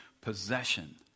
possession